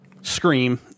Scream